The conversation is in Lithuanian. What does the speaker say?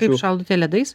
kaip šaldote ledais